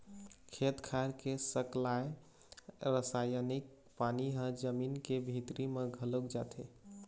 खेत खार के सकलाय रसायनिक पानी ह जमीन के भीतरी म घलोक जाथे